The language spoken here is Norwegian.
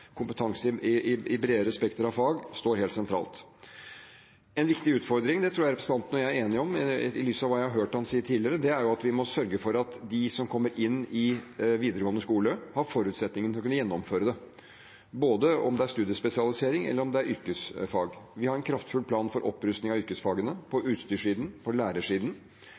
Kompetanse i et bredere spekter av fag står helt sentralt. En viktig utfordring – det tror jeg representanten og jeg er enige om, i lys av hva jeg har hørt ham si tidligere – er at vi må sørge for at de som kommer inn i videregående skole, har forutsetninger for å kunne gjennomføre det, enten det er studiespesialisering eller yrkesfag. Vi har en kraftfull plan for opprustning av yrkesfagene, både på utstyrssiden og på lærersiden.